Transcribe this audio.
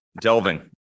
Delving